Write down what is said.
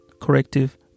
corrective